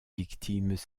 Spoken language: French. victimes